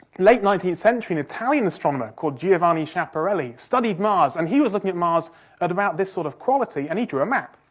late nineteenth century, an italian astronomer, called giovanni schiaparelli studied mars, and he was looking at mars at about this sort of quality, and he drew a map.